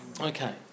Okay